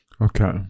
okay